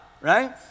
right